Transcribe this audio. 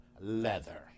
Leather